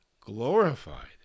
Glorified